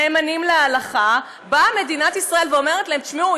נאמנים להלכה באה מדינת ישראל ואומרת להם: תשמעו,